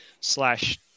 slash